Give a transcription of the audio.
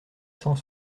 cent